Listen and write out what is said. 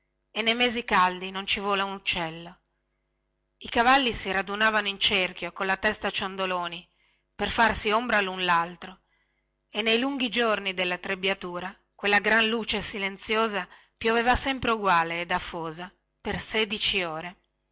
e ne mesi caldi non ci vola un uccello i cavalli si radunavano in cerchio colla testa ciondoloni per farsi ombra cambievolmente e nei lunghi giorni della trebbiatura quella gran luce silenziosa pioveva sempre uguale ed afosa per sedici ore